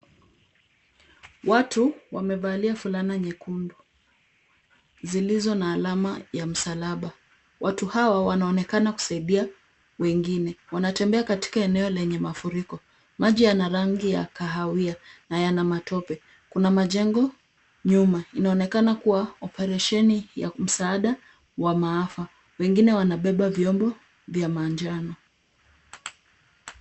Watu wamevalia fulana nyekundu zilizo na alama ya msalaba. Watu hawa wanaonekana kusadia wengine. Wanatembea katika maeneo yenye mafuriko. Maji yana rangi ya kahawia na yana matope. Kuna majengo nyuma. Inaonekana kuwa oparesheni ya msaada wa maafa. Wengine wanabeba vyombo vya manjano.